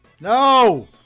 No